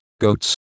goats